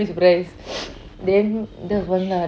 won't be surprised then that was one lah